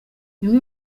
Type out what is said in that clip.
bimwe